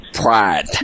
Pride